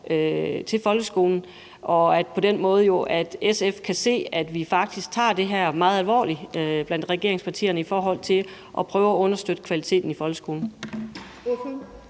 til folkeskolen, og at SF på den måde jo kan se, at vi faktisk tager det her meget alvorligt, blandt regeringspartierne, i forhold til at prøve at understøtte kvaliteten i folkeskolen.